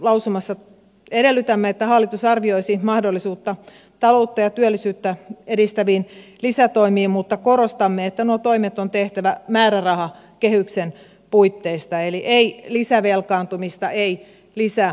lausumassa edellytämme että hallitus arvioisi mahdollisuutta taloutta ja työllisyyttä edistäviin lisätoimiin mutta korostamme että nuo toimet on tehtävä määrärahakehyksen puitteissa eli ei lisävelkaantumista ei lisäelvytystä